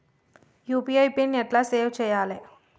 UPI PIN ఎట్లా set చేయాలే?